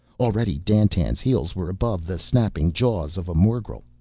already dandtan's heels were above the snapping jaws of a morgel.